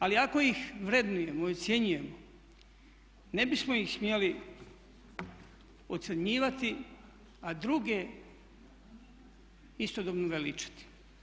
Ali ako ih vrednujemo i ocjenjujemo ne bismo ih smjeli ocrnjivati, a druge istodobno veličati.